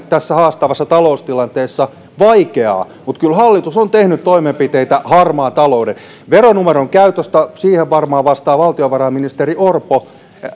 tässä haastavassa taloustilanteessa vaikeaa mutta kyllä hallitus on tehnyt toimenpiteitä harmaata taloutta vastaan veronumeron käyttöön varmaan vastaa valtiovarainministeri orpo